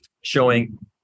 showing